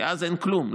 כי אז אין כלום,